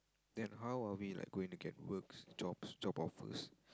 then how are we like going to get work jobs job offers